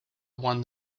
won